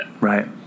Right